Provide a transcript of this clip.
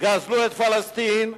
גזלו את פלסטין,